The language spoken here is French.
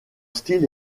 style